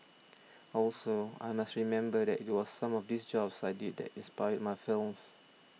also I must remember that it was some of these jobs I did that inspired my films